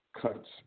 Cuts